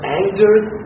angered